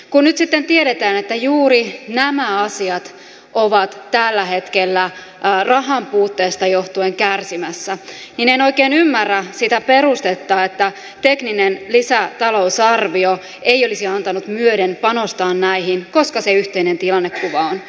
kun nyt sitten tiedetään että juuri nämä asiat ovat tällä hetkellä rahan puutteesta joh tuen kärsimässä niin en oikein ymmärrä sitä perustetta että tekninen lisätalousarvio ei olisi antanut myöden panostaa näihin koska se yhteinen tilannekuva on